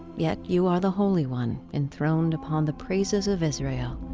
yet, you are the holy one, enthroned upon the praises of israel.